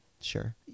sure